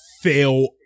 fail